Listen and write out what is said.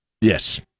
Yes